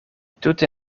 tute